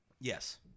Yes